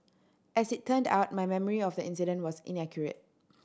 as it turned out my memory of the incident was inaccurate